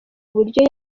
uburyo